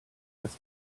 this